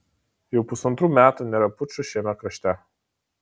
jau pusantrų metų nėra pučų šiame krašte